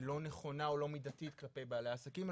לא נכונה או לא מידתית כלפי בעלי העסקים,